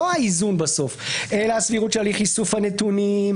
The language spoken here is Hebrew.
לא האיזון אלא הסבירות של הליך איסוף הנתונים,